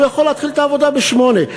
הוא יכול להתחיל את העבודה ב-08:00,